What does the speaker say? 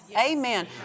Amen